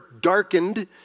darkened